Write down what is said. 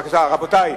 בבקשה, רבותי.